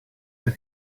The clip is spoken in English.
with